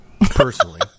personally